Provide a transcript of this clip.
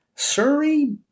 Surrey